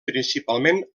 principalment